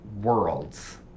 worlds